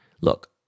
look